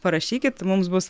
parašykite mums bus